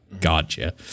gotcha